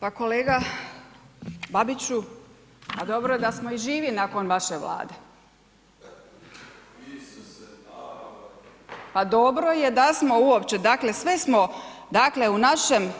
Pa kolega Babiću, a dobro da smo iživi nakon vaše Vlade. ... [[Upadica se ne čuje.]] Pa dobro je da smo uopće, dakle sve smo, dakle u našem,